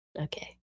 Okay